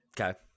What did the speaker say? Okay